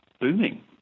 booming